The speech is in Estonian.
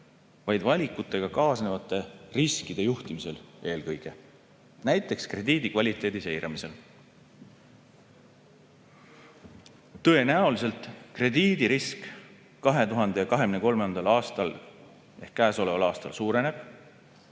valikutega kaasnevate riskide juhtimisel, näiteks krediidikvaliteedi seiramisel. Tõenäoliselt krediidirisk 2023. aastal ehk käesoleval aastal suureneb.